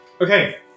Okay